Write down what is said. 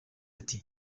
ati